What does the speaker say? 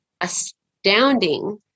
astounding